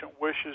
wishes